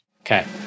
Okay